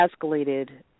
escalated